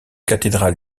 cathédrales